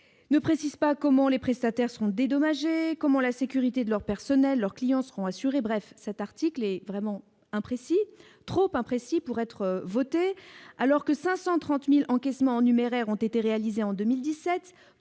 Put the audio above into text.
publiques, ni comment ceux-ci seront dédommagés, ni comment la sécurité de leurs personnels et de leurs clients sera assurée. Bref, cet article est vraiment imprécis, trop imprécis pour être adopté, alors que 530 000 encaissements en numéraire ont été réalisés en 2017